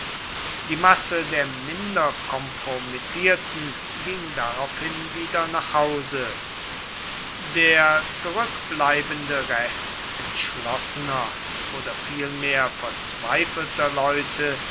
die masse der minder kompromittierten ging daraufhin wieder nach hause der zurückbleibende rest entschlossener oder vielmehr verzweifelter leute